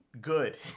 good